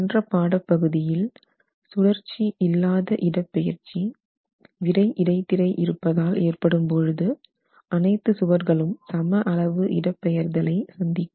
சென்ற பாடப் பகுதியில் சுழற்சி இல்லாத இடப்பெயர்ச்சி விறை இடைத்திரை இருப்பதால் ஏற்படும் போது அனைத்து சுவர்களும் சம அளவு இடப் பெயர்தலை சந்திக்கும்